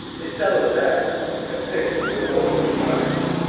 they settle the matter and fix the awards and fines.